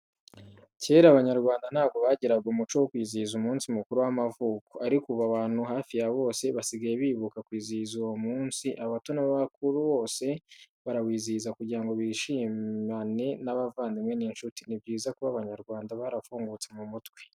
Kera Abanyarwanda ntabwo bagiraga umuco wo kwizihiza umunsi mukuru w'amavuko, ariko ubu abantu hafi ya bose basigaye bibuka kwizihiza uwo munsi, abato n'abakuru bose barawizihiza kugira bishimane n'abavandimwe n'inshuti, Ni byiza kuba Abanyarwanda barafungutse mu mutwe.